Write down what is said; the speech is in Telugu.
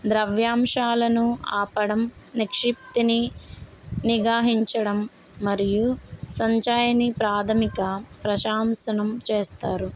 ద్రవ్యంశాలను ఆపడం నిక్షిప్తిని నిగాయించడం మరియు సంచాయిని ప్రాథమిక ప్రశాంసనం చేస్తారు